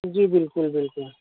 جی بالکل بالکل